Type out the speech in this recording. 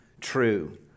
true